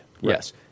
Yes